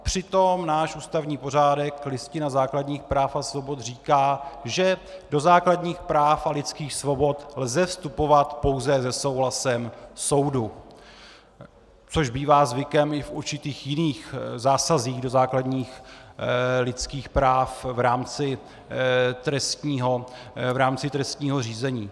Přitom náš ústavní pořádek, Listina základních práv a svobod, říká, že do základních práv a lidských svobod lze vstupovat pouze se souhlasem soudu, což bývá zvykem i v určitých jiných zásazích do základních lidských práv v rámci trestního řízení.